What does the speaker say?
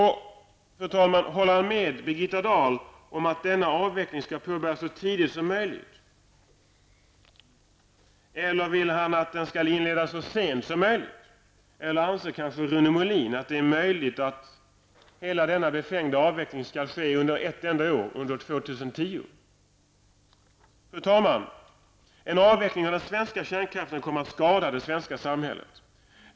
Håller Rune Molin med Birgitta Dahl om att denna avveckling skall påbörjas så tidigt som möjligt eller vill han att den skall inledas så sent som möjligt? Anser Rune Molin kanske att det är möjligt att göra hela denna befängda avveckling under ett enda år, år 2010? Fru talman! En avveckling av den svenska kärnkraften kommer att skada det svenska samhället.